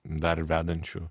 dar vedančiu